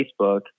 Facebook